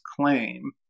claim